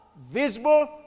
visible